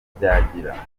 rubyagira